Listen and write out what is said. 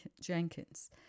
Jenkins